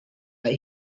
that